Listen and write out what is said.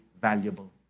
valuable